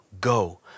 Go